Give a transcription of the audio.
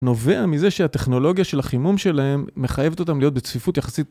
נובע מזה שהטכנולוגיה של החימום שלהם מחייבת אותם להיות בצפיפות יחסית.